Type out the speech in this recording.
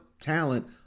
talent